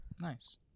Nice